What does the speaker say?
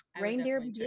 reindeer